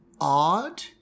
odd